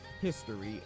History